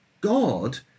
God